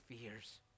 fears